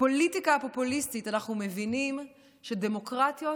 הפוליטיקה הפופוליסטית, אנחנו מבינים שדמוקרטיות